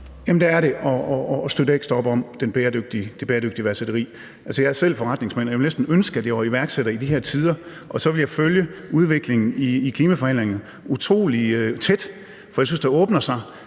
Jamen der er det at støtte ekstra op om det bæredygtige iværksætteri. Altså, jeg er selv forretningsmand, og jeg ville næsten ønske, at jeg var iværksætter i de her tider. Så ville jeg følge udviklingen i klimaforhandlingerne utrolig tæt, for jeg synes, der åbner sig